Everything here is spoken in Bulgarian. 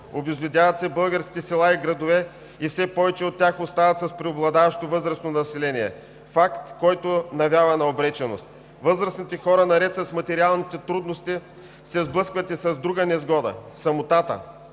Обезлюдяват се българските села и градове. Все повече от тях остават с преобладаващо възрастно население, факт, който навява на обреченост. Възрастните хора наред с материалните трудности се сблъскват и с друга несгода – самотата,